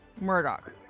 Murdoch